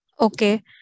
Okay